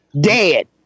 Dead